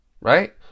Right